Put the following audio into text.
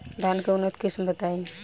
धान के उन्नत किस्म बताई?